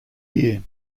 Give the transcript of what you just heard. year